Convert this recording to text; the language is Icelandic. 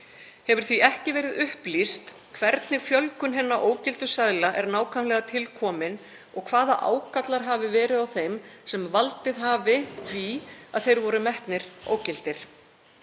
Hefur því ekki verið upplýst hvernig fjölgun hinna ógildu seðla er nákvæmlega til komin og hvaða ágallar hafi verið á þeim sem valdið hafi því að þeir voru metnir ógildir,